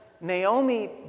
Naomi